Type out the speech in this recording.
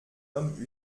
homme